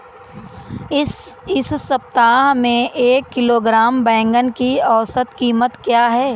इस सप्ताह में एक किलोग्राम बैंगन की औसत क़ीमत क्या है?